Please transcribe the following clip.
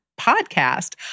podcast